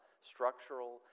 structural